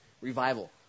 Revival